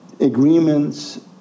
agreements